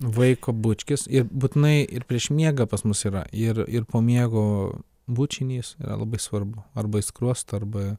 vaiko bučkis ir būtinai ir prieš miegą pas mus yra ir ir po miego bučinys yra labai svarbu arba į skruostą arba